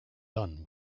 done